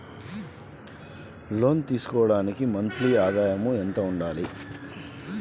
లోను తీసుకోవడానికి మంత్లీ ఆదాయము ఎంత ఉండాలి?